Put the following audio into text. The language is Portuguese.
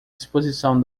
exposição